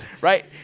Right